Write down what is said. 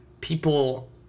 people